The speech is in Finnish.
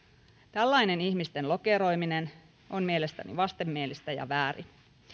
tällainen ihmisten lokeroiminen on mielestäni vastenmielistä ja väärin